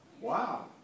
Wow